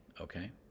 okay